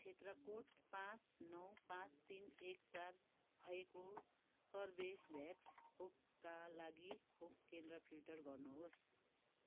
क्षेत्र कोड पाँच नौ पाँच तिन एक चार भएको कर्बेभ्याक्स खोपका लागि खोप केन्द्र फिल्टर गर्नुहोस्